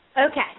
Okay